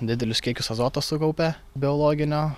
didelius kiekius azoto sukaupia biologinio